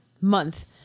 month